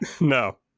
No